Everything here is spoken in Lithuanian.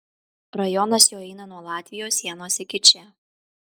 rajonas jo eina nuo latvijos sienos iki čia